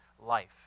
life